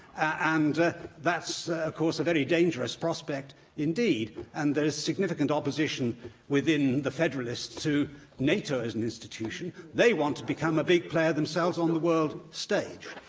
and that's, of course, a very dangerous prospect indeed, and there is significant opposition within the federalists to nato as an institution. they want to become a big player themselves on the world stage.